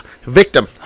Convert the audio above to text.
victim